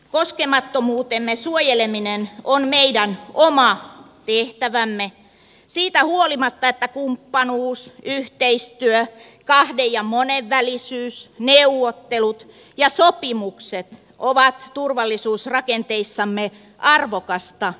koskemattomuutemme suojeleminen on meidän oma tehtävämme siitä huolimatta että kumppanuus yhteistyö kahden ja monenvälisyys neuvottelut ja sopimukset ovat turvallisuusrakenteissamme arvokasta arkipäivää